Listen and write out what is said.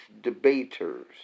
debaters